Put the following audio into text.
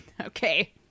Okay